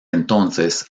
entonces